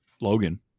logan